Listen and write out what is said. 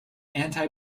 anti